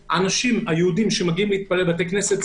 היהודים שמגיעים להתפלל בבתי הכנסת,